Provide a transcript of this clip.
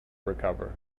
recover